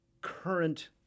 current